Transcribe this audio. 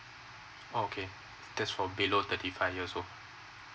okay that's for below thirty five years old